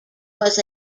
was